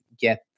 get